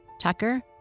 Tucker